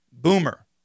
Boomer